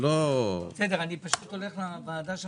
אני פשוט הולך לוועדת הבריאות.